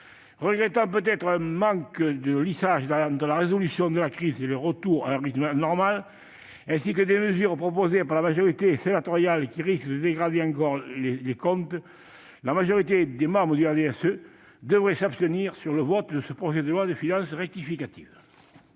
Regrettant peut-être un manque de lissage entre la résolution de la crise et le retour à un rythme normal, ainsi que des mesures proposées par la majorité sénatoriale qui risquent de dégrader encore davantage les comptes, la majorité des membres du groupe du RDSE devrait s'abstenir sur le vote de ce projet de loi de finances rectificative.